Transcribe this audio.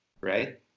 right